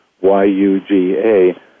Y-U-G-A